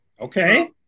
okay